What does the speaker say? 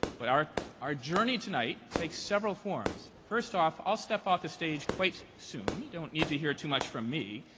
but our our journey tonight takes several forms. first off, i'll step off the stage quite soon. you don't need to hear too much from me.